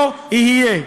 לא יהיה.